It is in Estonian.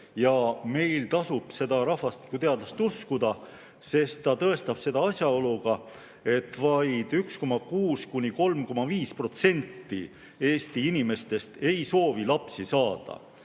Meil tasub seda rahvastikuteadlast uskuda, sest ta tõestab seda asjaoluga, et vaid 1,6–3,5% Eesti inimestest ei soovi lapsi saada.